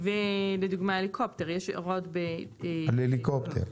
ולדוגמה הליקופטר, יש הוראות --- על הליקופטר.